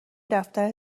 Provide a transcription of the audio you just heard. دفتر